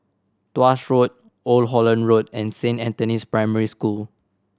Tuas Road Old Holland Road and Saint Anthony's Primary School